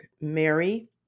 Mary